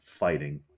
fighting